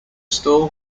stall